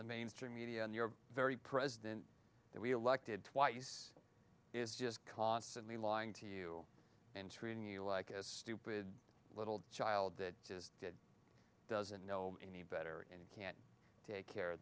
the mainstream media and your very president that we elected twice is just constantly lying to you and treating you like a stupid little child that just did doesn't know any better and can't take care of